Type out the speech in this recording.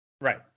right